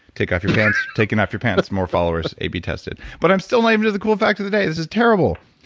take off your pants. taking off your pants, more followers, a b-tested but i'm still not even to the cool fact of the day! this is terrible!